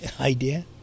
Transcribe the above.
idea